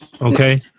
Okay